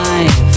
Life